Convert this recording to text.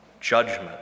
judgment